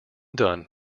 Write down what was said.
done